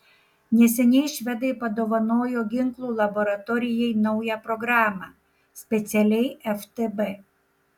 neseniai švedai padovanojo ginklų laboratorijai naują programą specialiai ftb